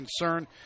concern